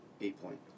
eight-point